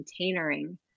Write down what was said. containering